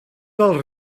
del